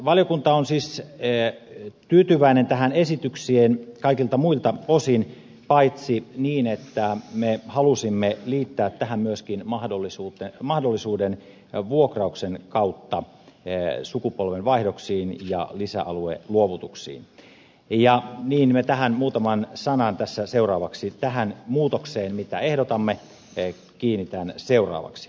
valiokunta on siis tyytyväinen tähän esitykseen kaikilta muilta osin paitsi niin että me halusimme liittää tähän myöskin mahdollisuuden vuokrauksen kautta sukupolvenvaihdoksiin ja lisäalueluovutuksiin ja niin muutaman sanan tästä muutoksesta mitä ehdotamme sanon seuraavaksi